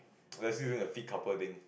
or they're still doing a fit couple thing